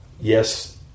Yes